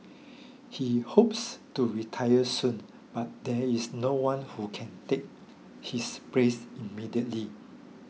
he hopes to retire soon but there is no one who can take his place immediately